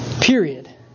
Period